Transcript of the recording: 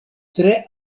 tre